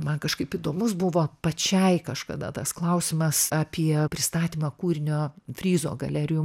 man kažkaip įdomus buvo pačiai kažkada tas klausimas apie pristatymą kūrinio fryzo galerijų